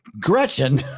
Gretchen